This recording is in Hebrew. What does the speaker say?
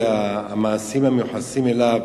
המעשים המיוחסים לו,